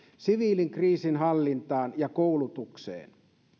siviilikriisinhallintaan ja koulutukseen